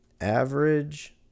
Average